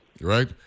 right